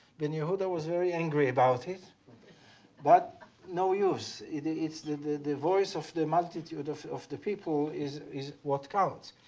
ben yehuda was very angry about it but no use it's the the voice of the multitude of of the people is is what counts.